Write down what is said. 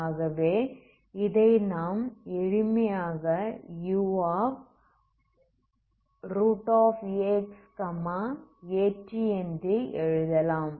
ஆகவே இதை நாம் எளிமையாக uaxat என்று எழுதலாம்